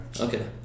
Okay